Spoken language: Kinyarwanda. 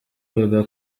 avuga